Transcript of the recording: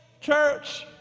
church